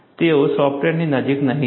તેઓ સોફ્ટવેરની નજીક નહીં જાય